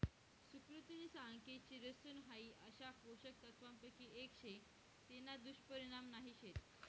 सुकृतिनी सांग की चिरोसन हाई अशा पोषक तत्वांपैकी एक शे तेना दुष्परिणाम नाही शेत